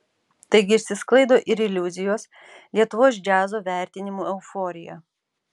taigi išsisklaido ir iliuzijos lietuvos džiazo vertinimų euforija